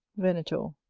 venator.